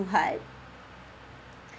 what